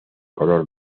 color